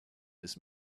this